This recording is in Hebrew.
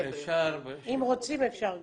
אם רוצים, אפשר גם.